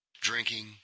drinking